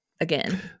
again